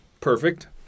Perfect